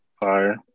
Fire